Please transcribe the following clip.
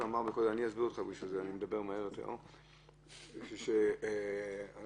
יותר קל לו מבחינה זו שזה לא משפט, אלא עבירת קנס.